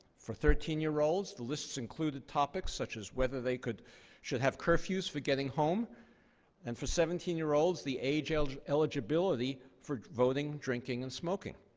for thirteen year olds, the lists included topics such as whether they should have curfews for getting home and for seventeen year olds the age age eligibility for voting, drinking, and smoking.